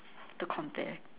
to compare